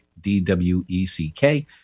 D-W-E-C-K